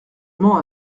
mens